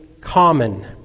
common